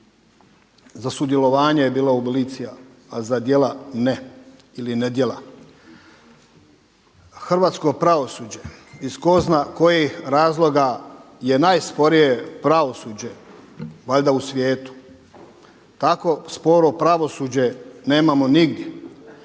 za sudjelovanje je bilo abolicija, a za djela ne ili nedjela. Hrvatsko pravosuđe iz tko zna kojih razloga je najsporije pravosuđe valjda u svijetu. Tako sporo pravosuđe nemamo nigdje.